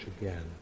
again